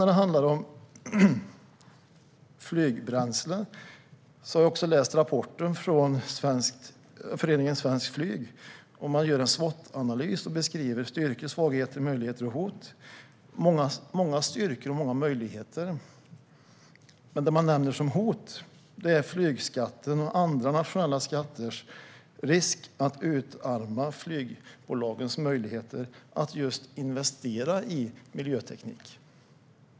När det sedan handlar om flygbränslen har jag också läst rapporten från Föreningen Svenskt Flyg, där man gör en SWOT-analys och beskriver styrkor, svagheter, möjligheter och hot. Det finns många styrkor och möjligheter, men det man nämner som hot är att flygskatten och andra nationella skatter riskerar att utarma flygbolagens möjligheter att investera i just miljöteknik.